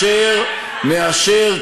לא רוצים שידרכו עלינו.